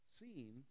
seen